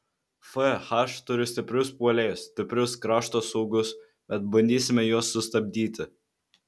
fh turi stiprius puolėjus stiprius krašto saugus bet bandysime juos sustabdyti